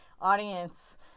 audience